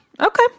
Okay